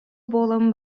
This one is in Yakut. буолан